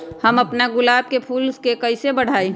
हम अपना गुलाब के फूल के कईसे बढ़ाई?